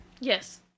Yes